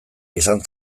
izan